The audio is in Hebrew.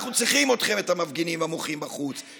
אנחנו צריכים אתכם, המפגינים המוחים בחוץ.